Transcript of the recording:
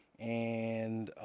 and,